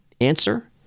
Answer